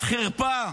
את חרפה,